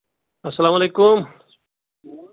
اَسلام علیکُم